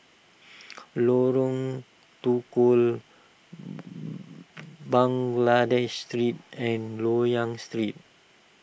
Lorong Tukol Baghdad Street and Loyang Street